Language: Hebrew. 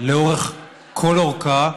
לאורך כל אורכה,